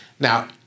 Now